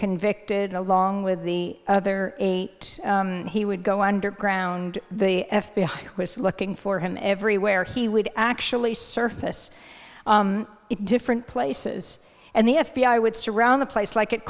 convicted along with the other eight he would go underground the f b i was looking for him everywhere he would actually surface it different places and the f b i would surround the place like at